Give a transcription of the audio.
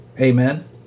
Amen